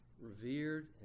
revered